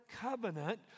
covenant